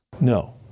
No